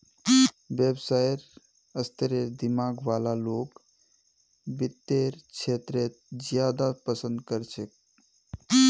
व्यवसायेर स्तरेर दिमाग वाला लोग वित्तेर क्षेत्रत ज्यादा पसन्द कर छेक